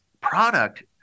product